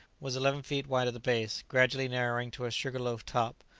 was eleven feet wide at the base, gradually narrowing to a sugar-loaf top.